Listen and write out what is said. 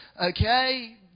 okay